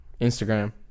Instagram